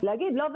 להגיד לא,